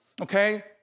Okay